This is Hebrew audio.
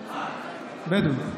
בדואים.